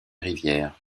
rivière